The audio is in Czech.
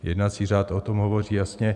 Jednací řád o tom hovoří jasně.